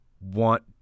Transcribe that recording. want